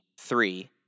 three